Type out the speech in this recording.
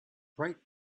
bright